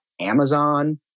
Amazon